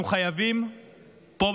אנחנו חייבים פה,